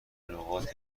لغات